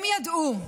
הם ידעו,